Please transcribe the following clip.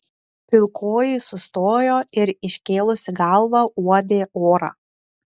pilkoji sustojo ir iškėlusi galvą uodė orą